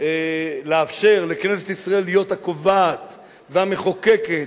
לאפשר לכנסת ישראל להיות הקובעת והמחוקקת,